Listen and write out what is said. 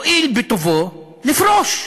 יואיל בטובו לפרוש.